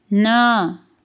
ন